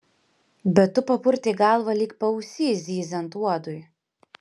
bet tu papurtei galvą lyg paausy zyziant uodui